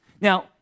Now